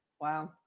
Wow